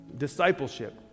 discipleship